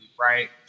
right